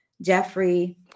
Jeffrey